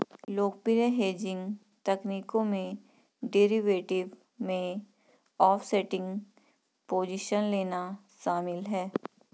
लोकप्रिय हेजिंग तकनीकों में डेरिवेटिव में ऑफसेटिंग पोजीशन लेना शामिल है